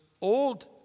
old